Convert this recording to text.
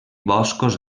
boscos